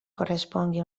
correspongui